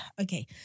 okay